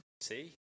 See